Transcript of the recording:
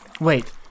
Wait